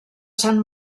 sant